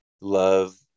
love